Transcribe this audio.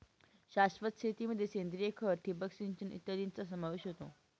शाश्वत शेतीमध्ये सेंद्रिय खत, ठिबक सिंचन इत्यादींचा समावेश होतो